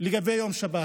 לגבי יום שבת.